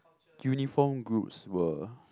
uniform groups were